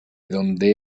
donde